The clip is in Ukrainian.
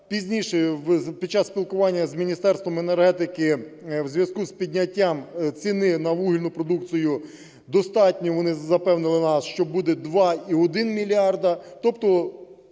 пізніше під час спілкування з Міністерством енергетики у зв'язку з підняттям ціни на вугільну продукцію достатньо, вони запевнили нас, що буде 2,1 мільярда, тобто